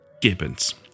Gibbons